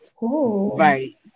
Right